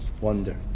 Wonder